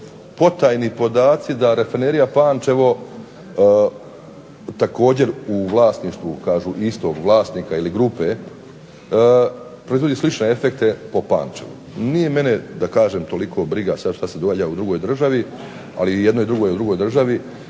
potajni podaci da rafinerija Pančevo također u vlasništvu kažu istog vlasnika ili grupe proizvodi slične efekte po Pančevu. Nije mene da kažem toliko briga sad što se događa u drugoj državi, ali i jedno i drugo je u drugoj državi,